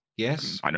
Yes